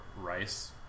rice